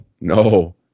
No